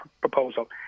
proposal